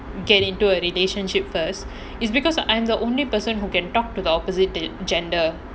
get into a relationship first it's because I'm the only person who can talk to the opposite gender